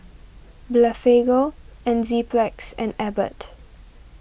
Blephagel Enzyplex and Abbott